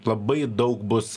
labai daug bus